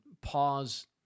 pause